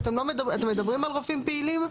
אתם מדברים על רופאים פעילים?